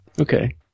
Okay